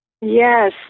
Yes